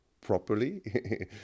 properly